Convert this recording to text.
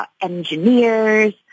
engineers